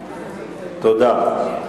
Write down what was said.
תודה.